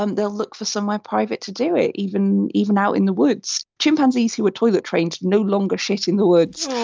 um they'll look for somewhere private to do it even even out in the woods. chimpanzees who are toilet-trained no longer shit in the woods.